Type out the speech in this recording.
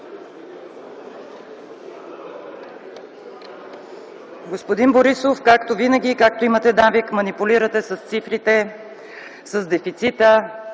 Господин Борисов, както винаги и както имате навик, манипулирате с цифрите, с дефицита.